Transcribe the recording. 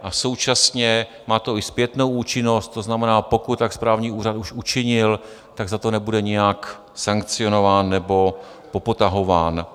A současně má to i zpětnou účinnost, to znamená, pokud tak správní úřad už učinil, tak za to nebude nijak sankcionován nebo popotahován.